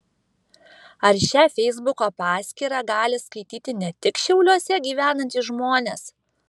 ar šią feisbuko paskyrą gali skaityti ne tik šiauliuose gyvenantys žmonės